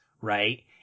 right